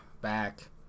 back